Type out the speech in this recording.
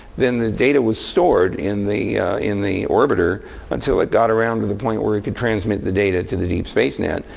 then the data was stored in the in the orbiter until it got around to the point where it could transmit the data to the deep space net.